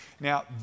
Now